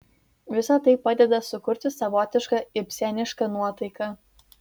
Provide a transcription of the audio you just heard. visa tai padeda sukurti savotišką ibsenišką nuotaiką